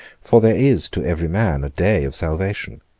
for there is to every man a day of salvation.